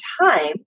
time